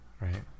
right